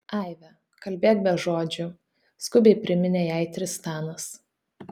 aive kalbėk be žodžių skubiai priminė jai tristanas